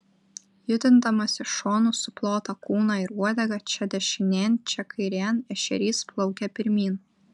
judindamas iš šonų suplotą kūną ir uodegą čia dešinėn čia kairėn ešerys plaukia pirmyn